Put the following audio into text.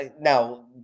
Now